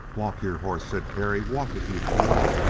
walk your horse, said terry. walk it you fool!